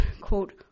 quote